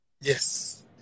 Yes